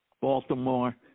Baltimore